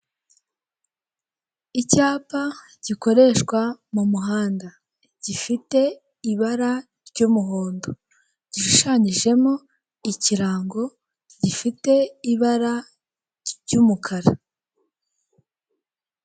Icyapa gikoreshwa mu muhanda. Gifite ibara ry'umuhondo gishushanyijemo ikirango, gifite ibara ry'umukara.